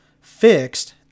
fixed